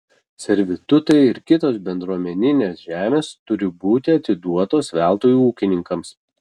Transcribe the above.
servitutai ir kitos bendruomeninės žemės turi būti atiduotos veltui ūkininkams